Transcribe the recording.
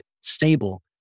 stable